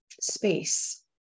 space